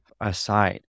aside